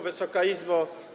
Wysoka Izbo!